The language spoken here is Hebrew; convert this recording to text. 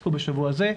הוצגו בשבוע הזה,